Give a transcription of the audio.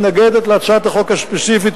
היא מתנגדת להצעת החוק הספציפית,